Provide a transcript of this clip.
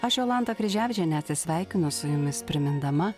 aš jolanta kryževičienė atsisveikinu su jumis primindama